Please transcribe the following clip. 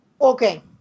Okay